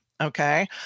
Okay